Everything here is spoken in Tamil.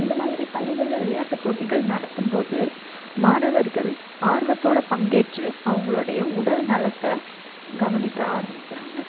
இந்த மாதிரி பள்ளிகளில் விளையாட்டு போட்டிகள் நடத்தும் போது மாணவர்கள் ஆர்வத்தோடு பங்கேற்று அவங்களுடைய உடல் நலத்தை கவனிக்க ஆரம்பிக்கிறாங்க